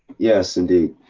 yes indeed,